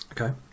Okay